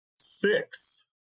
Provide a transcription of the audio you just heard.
six